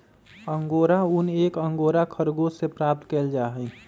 angora ऊन एक angora खरगोश से प्राप्त कइल जाहई